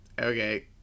okay